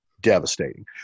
devastating